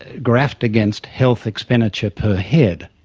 ah graphed against health expenditure per head,